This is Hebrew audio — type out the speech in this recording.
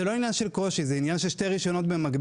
זה לא עניין של קושי; זה עניין של שני רישיונות במקביל.